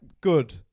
good